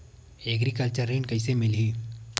Agriculture ऋण कइसे मिलही?